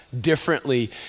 differently